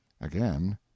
again